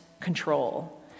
control